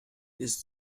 ist